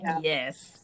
Yes